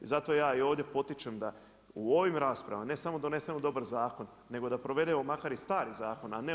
I zato ja i ovdje potičem da u ovim rasprava, ne samo donesemo dobar zakon, nego da provedemo makar i stari zakon a ne ovaj novi.